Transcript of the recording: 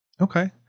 Okay